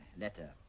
letter